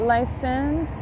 License